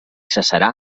cessarà